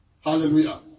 Hallelujah